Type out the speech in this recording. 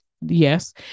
Yes